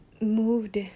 moved